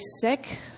sick